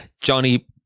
Johnny